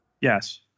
yes